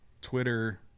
Twitter